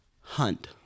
Hunt